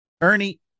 Ernie